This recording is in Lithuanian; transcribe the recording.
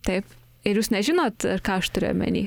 taip ir jūs nežinot ką aš turiu omeny